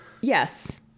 yes